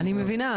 אני מבינה,